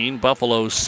Buffalo